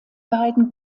beiden